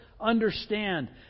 understand